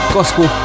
Gospel